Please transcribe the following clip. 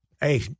hey